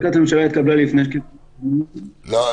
התקבלה לפני כשלוש